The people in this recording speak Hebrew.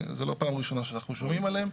זו לא פעם ראשונה שאנחנו שומעים עליהם.